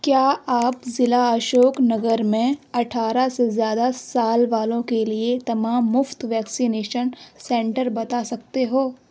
کیا آپ ضلع اشوک نگر میں اٹھارہ سے زیادہ سال والوں کے لیےتمام مفت ویکسینیشن سینٹر بتا سکتے ہو